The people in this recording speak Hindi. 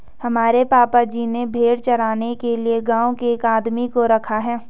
हमारे पापा जी ने भेड़ चराने के लिए गांव के एक आदमी को रखा है